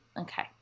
Okay